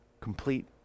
complete